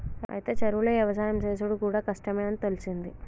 అయితే చెరువులో యవసాయం సేసుడు కూడా కష్టమే అని తెలిసింది